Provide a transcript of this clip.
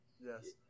Yes